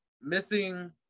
missing